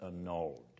annulled